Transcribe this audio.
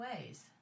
ways